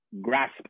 Grasp